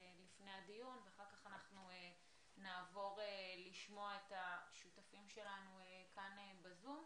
מכן נעבור לשמוע את השותפים שלנו כאן בזום.